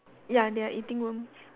ya they are eating worms